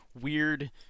weird